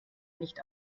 nicht